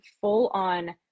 full-on